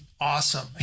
awesome